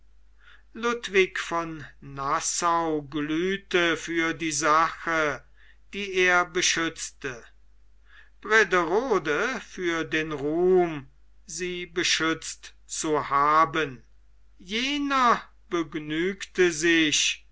ludwig von nassau glühte für die sache die er beschützte brederode für den ruhm sie beschützt zu haben jener begnügte sich